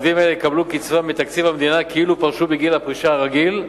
עובדים אלה יקבלו קצבה מתקציב המדינה כאילו פרשו בגיל הפרישה הרגיל.